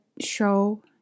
show